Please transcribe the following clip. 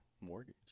mortgage